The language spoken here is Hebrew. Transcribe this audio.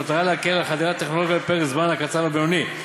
במטרה להקל את חדירת הטכנולוגיה בפרק הזמן הקצר והבינוני.